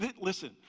listen